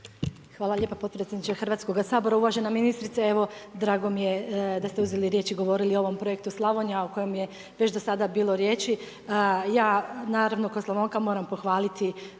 Hvala lijepa podpredsjedniče HS-a. Uvažena ministrice, evo, drago mi je da ste uzeli riječ i govorili o ovom projektu Slavonija, a o kojem je već do sada bilo riječi. Ja, naravno, kao Slavonka, moram pohvaliti